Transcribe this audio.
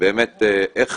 באמת איך